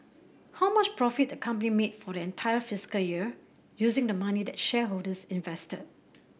how much profit the company made for the entire fiscal year using the money that shareholders invested